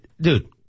Dude